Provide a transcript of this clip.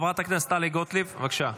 חברת הכנסת טלי גוטליב, בבקשה.